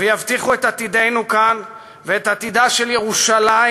ויבטיחו את עתידנו כאן ואת עתידה של ירושלים,